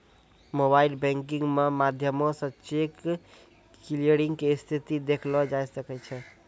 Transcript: mobile banking के माध्यमो से चेक क्लियरिंग के स्थिति देखलो जाय सकै छै